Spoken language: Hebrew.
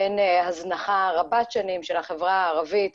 בין הזנחה רבת שנים של החברה הערבית,